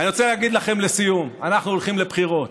אני רוצה להגיד לכם לסיום: אנחנו הולכים לבחירות.